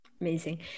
Amazing